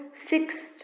fixed